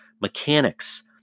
mechanics